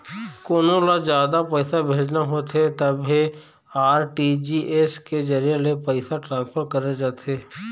कोनो ल जादा पइसा भेजना होथे तभे आर.टी.जी.एस के जरिए ले पइसा ट्रांसफर करे जाथे